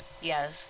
Yes